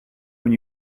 when